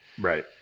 right